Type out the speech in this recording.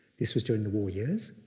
this was during the war years.